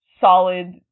solid